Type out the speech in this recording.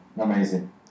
amazing